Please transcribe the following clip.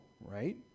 right